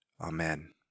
Amen